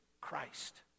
Christ